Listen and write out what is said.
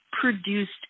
produced